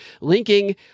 linking